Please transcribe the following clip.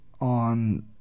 on